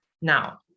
Now